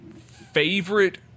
favorite